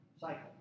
cycle